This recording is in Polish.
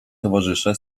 towarzysze